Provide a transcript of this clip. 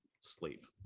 sleep